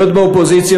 להיות באופוזיציה,